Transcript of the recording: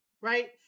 right